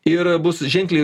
ir bus ženkliai